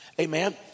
amen